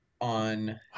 on